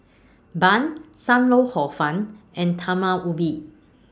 Bun SAM Lau Hor Fun and Talam Ubi